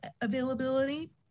availability